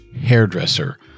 hairdresser